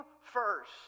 first